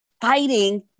fighting